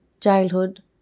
childhood